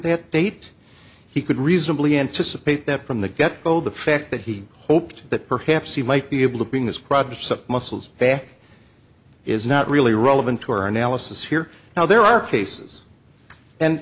that date he could reasonably anticipate that from the get go the fact that he hoped that perhaps he might be able to bring this proper some muscles back is not really relevant to our analysis here now there are cases and